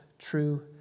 True